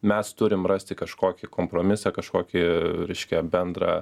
mes turim rasti kažkokį kompromisą kažkokį reiškia bendrą